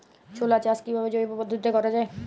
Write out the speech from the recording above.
ছোলা চাষ কিভাবে জৈব পদ্ধতিতে করা যায়?